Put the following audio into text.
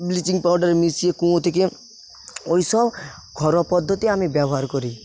bleaching powder মিশিয়ে কুঁয়ো থেকে ঐসব ঘরোয়া পদ্ধতি আমি ব্যবহার করি